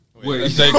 wait